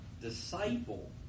disciple